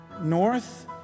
North